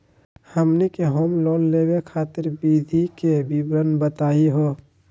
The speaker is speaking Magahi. हमनी के होम लोन लेवे खातीर विधि के विवरण बताही हो?